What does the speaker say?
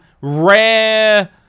rare